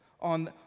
on